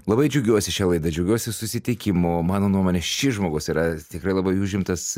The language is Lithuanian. labai džiaugiuosi šia laida džiaugiuosi susitikimu mano nuomone šis žmogus yra tikrai labai užimtas